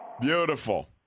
Beautiful